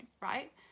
right